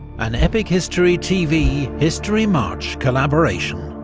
an epic history tv historymarche collaboration,